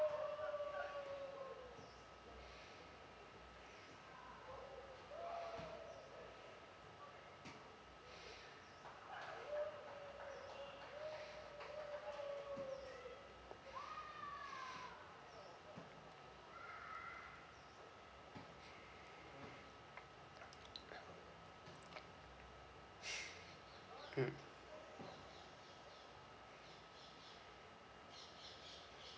mm